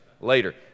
later